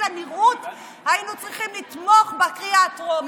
הנראות היינו צריכים לתמוך בקריאה הטרומית.